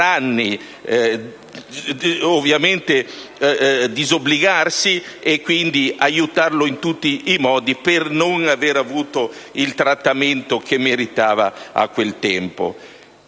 anni, ovviamente disobbligarsi e quindi aiutarlo in tutti i modi per non avere subito il trattamento che meritava a quel tempo.